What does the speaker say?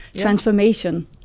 transformation